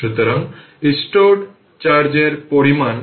সুতরাং এটি L 2 henry হবে এবং এটি R 02 সেকেন্ড হবে